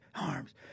arms